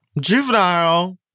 juvenile